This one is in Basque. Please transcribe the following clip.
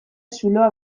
zuloa